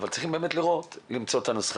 אבל צריכים לראות ולמצוא את הנוסחה.